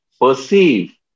perceive